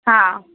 हा